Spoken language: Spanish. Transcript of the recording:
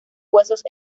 huesos